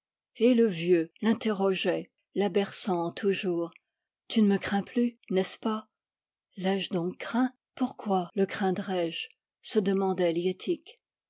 et le vieux l'interrogeait la berçant toujours tu ne me crains plus n'est-ce pas l'ai-je donc craint pourquoi le craindrais je se demandait